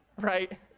right